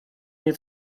nie